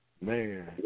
Man